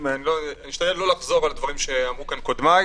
אשתדל לא לחזור על דברים שאמרו קודמיי